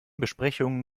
besprechungen